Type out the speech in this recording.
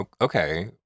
okay